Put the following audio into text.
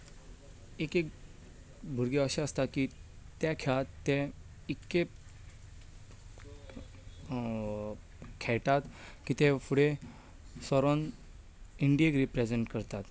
एकेक भुरगे अशे आसता की त्या खेळाक ते इतके खेळतात की तें फुंडे सरून इंडियेक रिप्रेंझेंट करतात